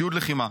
ציוד לחימה,